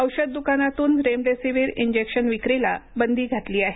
औषध द्कानातून remdesivir injection विक्रीला बंदी घातली आहे